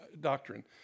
doctrine